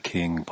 King